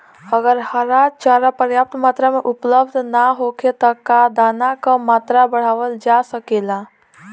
अगर हरा चारा पर्याप्त मात्रा में उपलब्ध ना होखे त का दाना क मात्रा बढ़ावल जा सकेला?